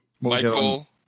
Michael